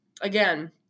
Again